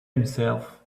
himself